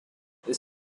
this